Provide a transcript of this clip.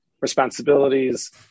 responsibilities